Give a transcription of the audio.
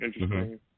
interesting